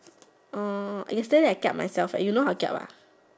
orh yesterday I kiap myself eh you know how to kiap ah